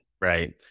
Right